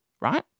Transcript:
right